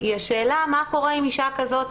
היא השאלה מה קורה עם אישה כזאת,